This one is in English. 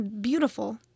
beautiful